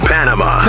Panama